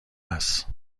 است